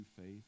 faith